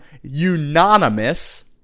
unanimous